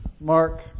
Mark